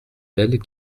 belle